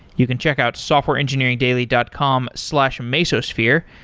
you can check out softwareengineeringdaily dot com slash mesosphere,